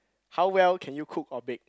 how well can you cook or bake